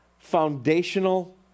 foundational